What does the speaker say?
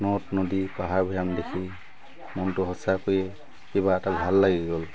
নদ নদী পাহাৰ ভৈয়াম দেখি মনটো সঁচাকৈয়ে কিবা এটা ভাল লাগি গ'ল